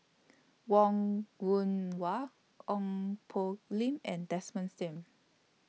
Wong Wah Ong Poh Lim and Desmond SIM